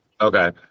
Okay